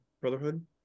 Brotherhood